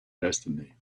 destiny